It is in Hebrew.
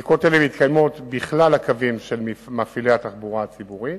2. בדיקות אלה מתקיימות בכלל הקווים של מפעילי התחבורה הציבורית.